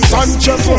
Sanchez